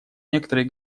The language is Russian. некоторые